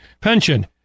pension